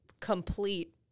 complete